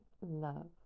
Love